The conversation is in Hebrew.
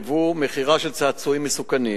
ייבוא ומכירה של צעצועים מסוכנים)